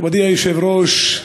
מכובדי היושב-ראש,